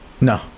no